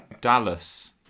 Dallas